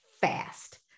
fast